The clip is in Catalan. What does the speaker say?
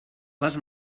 les